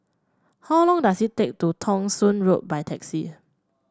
how long does it take to Thong Soon Road by taxi